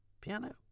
Piano